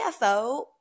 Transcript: CFO